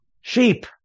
Sheep